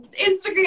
Instagram